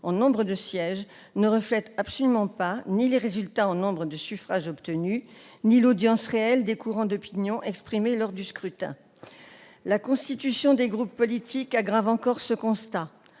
en nombre de sièges, ne reflètent ni les résultats en nombre de suffrages obtenus ni l'audience réelle des courants d'opinion exprimés lors du scrutin. La constitution des groupes politiques aggrave encore ce constat.